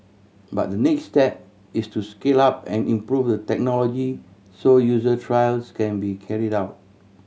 but the next step is to scale up and improve the technology so user trials can be carried out